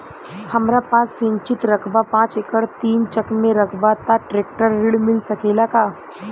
हमरा पास सिंचित रकबा पांच एकड़ तीन चक में रकबा बा त ट्रेक्टर ऋण मिल सकेला का?